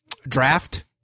draft